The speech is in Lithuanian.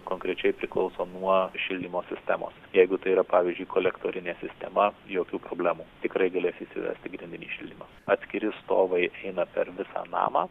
konkrečiai priklauso nuo šildymo sistemos jeigu tai yra pavyzdžiui kolektorinė sistema jokių problemų tikrai galės įsivesti grindinį šildymą atskiri stovai eina per visą namą